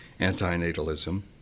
antinatalism